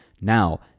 Now